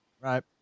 Right